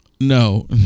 No